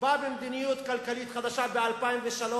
בא במדיניות כלכלית חדשה ב-2003,